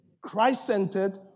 Christ-centered